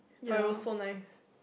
but it was so nice